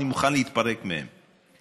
אני מוכן להתפרק מהם,